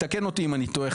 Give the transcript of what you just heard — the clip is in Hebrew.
תקן אותי אם אני טועה,